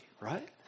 right